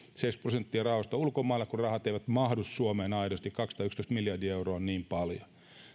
seitsemänkymmentä prosenttia rahoista on ulkomailla kun rahat eivät mahdu suomeen aidosti kaksisataayksitoista miljardia euroa on niin paljon